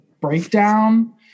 breakdown